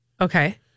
Okay